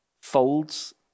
folds